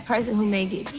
person who may get